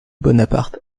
bonaparte